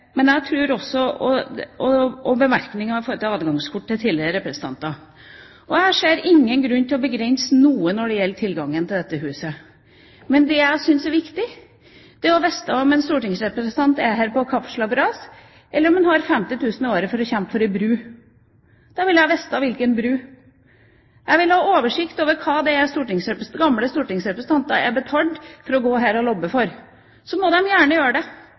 Men det jeg syns er viktig, er å få vite om en stortingsrepresentant er her på kaffeslabberas, eller om han har 50 000 kr i året for å kjempe for ei bru. Da vil jeg vite hvilken bru. Jeg vil ha oversikt over hva det er tidligere stortingsrepresentanter er betalt for å gå her og lobbe for. Så må de gjerne gjøre det.